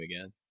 again